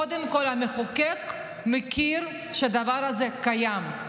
קודם כול המחוקק מכיר בכך שהדבר הזה קיים.